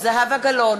זהבה גלאון,